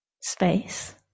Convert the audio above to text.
space